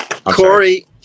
Corey